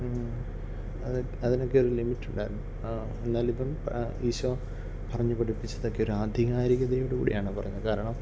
അത് അതിനൊക്കെ ഒരു ലിമിറ്റ് ഉണ്ടായിരുന്നു എന്നാൽ ഇപ്പം ഈശോ പറഞ്ഞു പഠിപ്പിച്ചതൊക്കെ ഒരു ആധികാരികതയോടു കൂടെയാണ് പറഞ്ഞത് കാരണം